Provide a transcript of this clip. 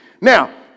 Now